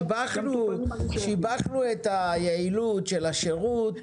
שיבחנו את היעילות של השרות,